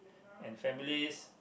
and families